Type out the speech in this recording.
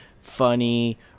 funny